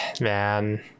man